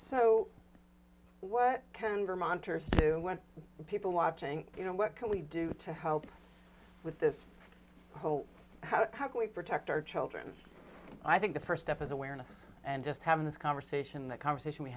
so what can vermonters do when people watching you know what can we do to helps with this whole how how can we protect our children i think the first step is aware enough and just having this conversation the conversation we